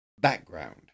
Background